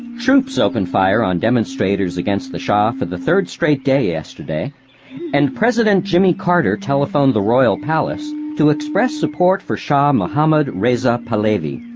troops opened fire on demonstrators against the shah for the third straight day yesterday and president jimmy carter telephoned the royal palace to express support for shah mohammad reza pahlevi,